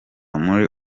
muri